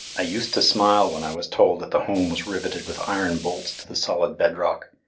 i used to smile when i was told that the home was riveted with iron bolts to the solid bedrock,